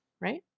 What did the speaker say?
right